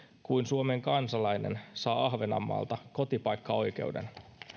kuin suomen kansalainen saa ahvenanmaalta kotipaikkaoikeuden